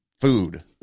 food